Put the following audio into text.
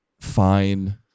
fine